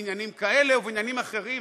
בעניינים כאלה ובעניינים אחרים,